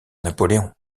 napoléon